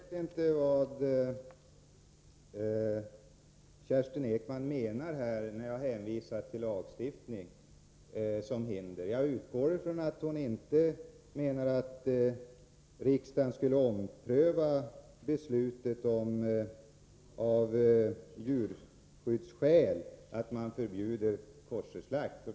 Herr talman! Jag vet inte vad Kerstin Ekman menar när hon angriper mig för att jag hänvisar till lagstiftning som ett hinder. Jag utgår från att hon inte menar att riksdagen skall ompröva beslutet att av djurskyddsskäl förbjuda koscherslakt.